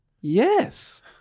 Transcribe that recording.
Yes